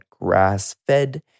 grass-fed